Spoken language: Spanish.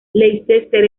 leicester